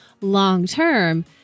long-term